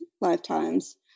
lifetimes